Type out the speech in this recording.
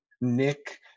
Nick